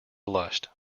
blushed